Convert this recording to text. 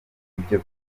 ibyo